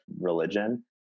religion